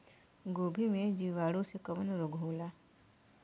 गोभी में जीवाणु से कवन रोग होला?